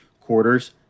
quarters